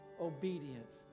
obedience